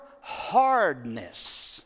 hardness